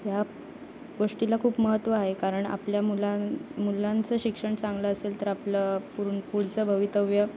ह्या गोष्टीला खूप महत्त्व आहे कारण आपल्या मुलां मुलांचं शिक्षण चांगलं असेल तर आपलं पुर पुढचं भवितव्य